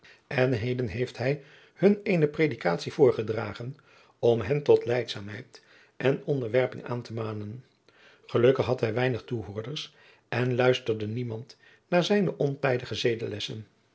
en heden heeft hij hun eene predikatie voorgedragen om hen tot lijdzaamheid en onderwerping aan te manen gelukkig had hij weinig toehoorders en luisterde niemand naar zijne ontijdige